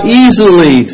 easily